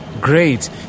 Great